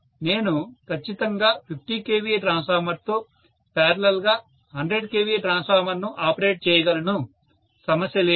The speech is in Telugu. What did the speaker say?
నేను ఖచ్చితంగా 50 kVA ట్రాన్స్ఫార్మర్తో పారలల్ గా 100 kVA ట్రాన్స్ఫార్మర్ను ఆపరేట్ చేయగలను సమస్య లేదు